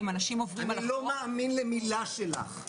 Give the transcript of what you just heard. לא מאמין למילה שלך.